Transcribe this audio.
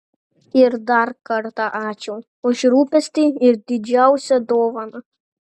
ir dar kartą ačiū už rūpestį ir didžiausią dovaną